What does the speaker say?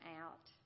out